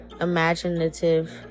imaginative